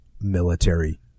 military